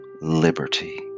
liberty